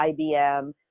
IBM